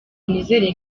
nizere